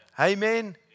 Amen